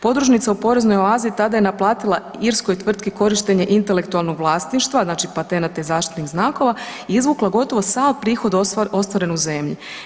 Podružnica u poreznoj oazi tada je naplatila Irskoj tvrtki korištenje intelektualnog vlasništva, znači patenate zaštitnih znakova i izvukla gotovo sav prihod ostvaren u zemlji.